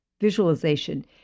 visualization